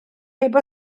heb